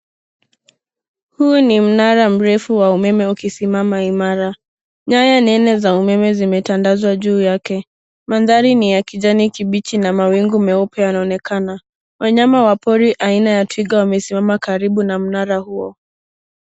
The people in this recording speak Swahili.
Huu ni mnara mrefu wa umeme ukisimama imara, nyaya nene za umeme zimetandazwa juu yake. Mandhari ni ya kijani kibichi na mawingu meupe yanaonekana, wanyama wa pori aina ya twiga wamesimama karibu na mnara huo.